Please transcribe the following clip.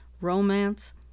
romance